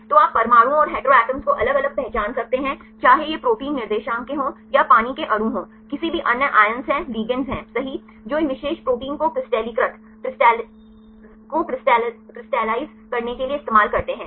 तो आप परमाणुओं और हेटेरोटॉम्स को अलग अलग पहचान सकते हैं चाहे ये प्रोटीन निर्देशांक के हों या पानी के अणु हों किसी भी अन्य आयन हैं लिगैंड्स हैं सही जो इन विशेष प्रोटीन को क्रिस्टलीकृत कॉक्रीस्टलिज़े करने के लिए इस्तेमाल करते हैं